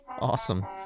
Awesome